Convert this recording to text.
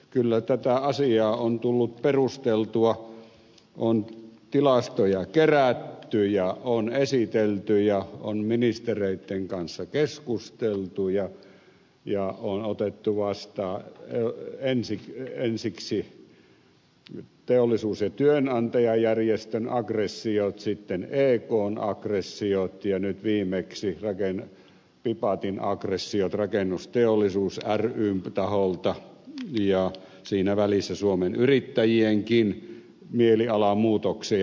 kyllä tätä asiaa on tullut perusteltua on tilastoja kerätty ja esitelty on ministereitten kanssa keskusteltu ja otettu vastaan ensiksi teollisuus ja työnantajajärjestön aggressiot sitten ekn aggressiot ja nyt viimeksi pipatin aggressiot rakennusteollisuus ryn taholta ja siinä välissä suomen yrittäjienkin mielialamuutoksia seurattu